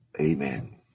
Amen